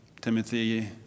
Timothy